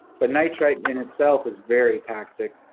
but nitrite in itself is very toxic.